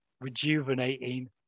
rejuvenating